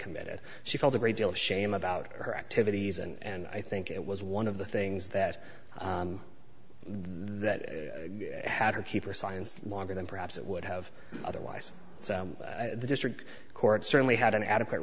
committed she felt a great deal of shame about her activities and i think it was one of the things that that had her keep her science longer than perhaps it would have otherwise the district court certainly had an adequate